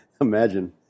imagine